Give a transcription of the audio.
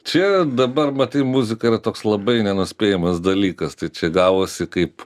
čia dabar matai muzika yra toks labai nenuspėjamas dalykas tai čia gavosi kaip